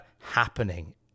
happening